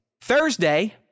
Thursday